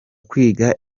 kwiga